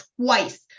twice